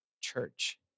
church